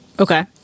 Okay